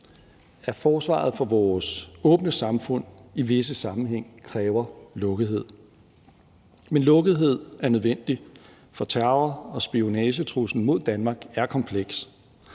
at forsvaret for vores åbne samfund i visse sammenhænge kræver lukkethed. Men lukkethed er nødvendig, for terror- og spionagetruslen mod Danmark er kompleks.